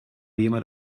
jemand